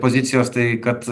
pozicijos tai kad